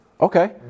Okay